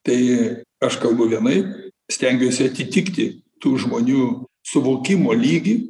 tai aš kalbu vienaip stengiuosi atitikti tų žmonių suvokimo lygį